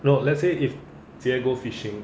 no let's say if jie go fishing